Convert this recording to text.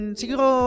siguro